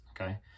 Okay